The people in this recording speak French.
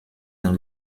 dans